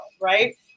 right